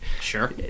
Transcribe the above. Sure